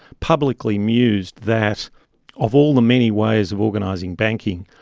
publicly mused that of all the many ways of organising banking,